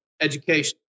education